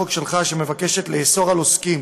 הצעת החוק שלך מבקשת לאסור על עוסקים